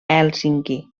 hèlsinki